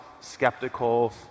skeptical